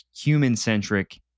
human-centric